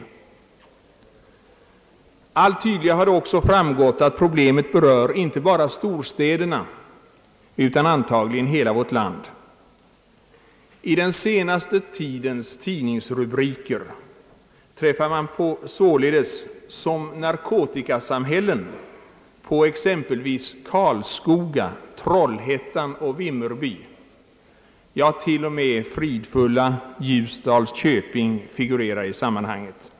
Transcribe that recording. Allt tydligare har det också framgått att problemet berör inte bara storstäderna utan antagligen hela vårt land. I den senaste tidens tidningsrubriker träffar man således som narkotikasamhällen på <:exempelvis Karlskoga, Trollhättan och Vimmerby, ja till och med fridfulla Ljusdals köping figurerar i sammanhanget.